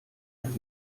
einen